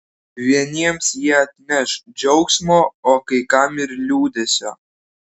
vieniems jie atneš džiaugsmo o kai kam ir liūdesio